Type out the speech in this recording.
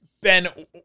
Ben